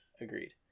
agreed